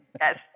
yes